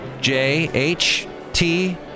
J-H-T